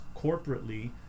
corporately